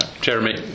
Jeremy